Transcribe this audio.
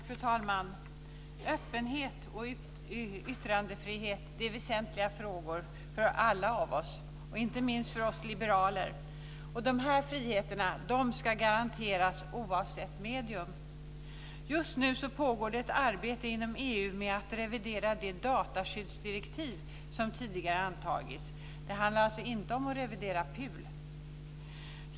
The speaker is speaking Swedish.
Fru talman! Öppenhet och yttrandefrihet är väsentliga frågor för oss alla, inte minst för oss liberaler. Dessa friheter ska garanteras oavsett medium. Just nu pågår ett arbete inom EU med att revidera det dataskyddsdirektiv som tidigare antagits. Det handlar alltså inte om att revidera PUL.